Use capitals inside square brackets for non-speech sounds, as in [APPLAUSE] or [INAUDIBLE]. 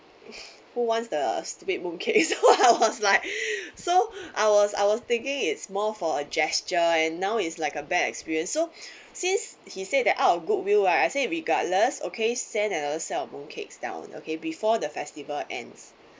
who wants the stupid mooncakes [LAUGHS] so I was like [BREATH] like so I was I was thinking it's more for a gesture and now is like a bad experience so [BREATH] since he said that out of goodwill right I say regardless okay send another set of mooncakes down okay before the festival ends right